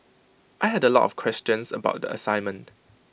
I had A lot of questions about the assignment